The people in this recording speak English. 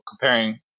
comparing